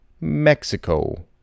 mexico